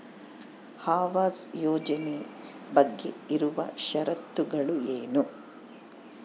ಆವಾಸ್ ಯೋಜನೆ ಬಗ್ಗೆ ಇರುವ ಶರತ್ತುಗಳು ಏನು?